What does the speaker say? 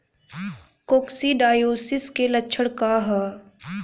Coccidiosis के लक्षण का ह?